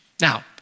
Now